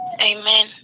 amen